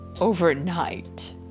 overnight